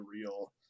real